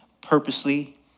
purposely